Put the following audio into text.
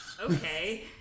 Okay